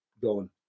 Gone